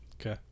Okay